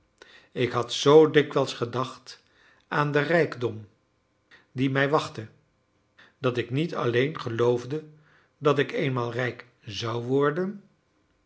ik had zoo dikwijls gedacht aan den rijkdom die mij wachtte dat ik niet alleen geloofde dat ik eenmaal rijk zou worden